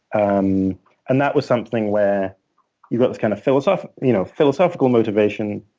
um and that was something where you've got this kind of philosophical you know philosophical motivation,